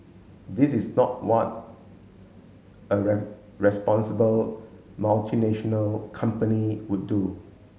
this is not what a responsible multinational company would do